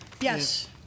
Yes